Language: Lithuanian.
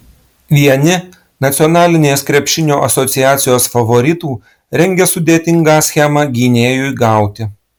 vieni nacionalinės krepšinio asociacijos favoritų rengia sudėtingą schemą gynėjui gauti